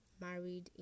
married